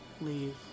leave